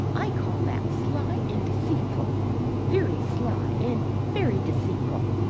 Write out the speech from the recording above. i call that sly and deceitful very sly and very deceitful.